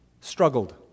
struggled